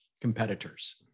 competitors